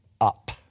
up